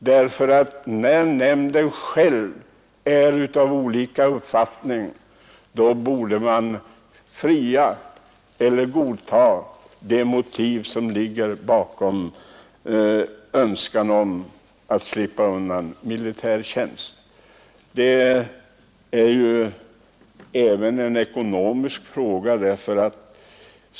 Då nämndens ledamöter själva har olika uppfattningar borde nämnden godta de motiv som ligger bakom önskan att slippa undan militärtjänst. Det är också en ekonomisk fråga.